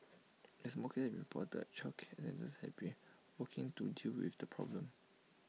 as more cases reported childcare centres have been working to deal with the problem